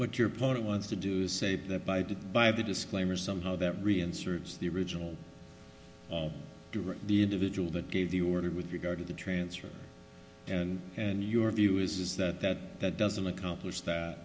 what your opponent wants to do is say that by the by the disclaimer somehow that reince or as the original the individual that gave the order with regard to the transfer and and your view is that that doesn't accomplish that